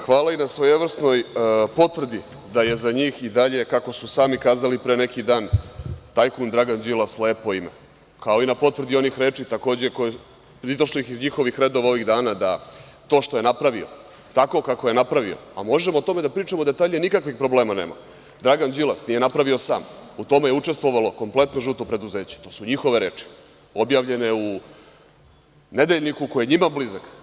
Hvala i na svojevrsnoj potvrdi da je za njih i dalje, kako su sami kazali pre neki dan, tajkun Dragan Đilas lepo ime, kao i na potvrdi onih reči takođe, pridošlih iz njihovih redova ovih dana, da to što je napravio, tako kako je napravio, a možemo o tome da pričamo detaljnije nikakvih problema nema, Dragan Đilas nije napravio sam, u tome je učestvovalo kompletno „žuto preduzeće“, to su njihove reči objavljene u „Nedeljniku“ koji je njima blizak.